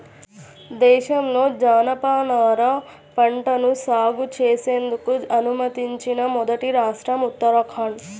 దేశంలో జనపనార పంటను సాగు చేసేందుకు అనుమతించిన మొదటి రాష్ట్రం ఉత్తరాఖండ్